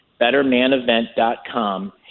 bettermanevent.com